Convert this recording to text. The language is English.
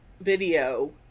video